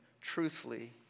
truthfully